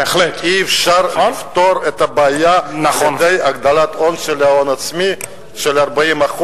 אי-אפשר לפתור את הבעיה על-ידי הגדלת ההון העצמי ל-40%.